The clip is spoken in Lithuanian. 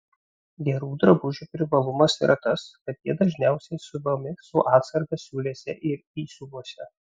gerų drabužių privalumas yra tas kad jie dažniausiai siuvami su atsarga siūlėse ir įsiuvuose